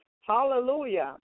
Hallelujah